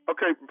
Okay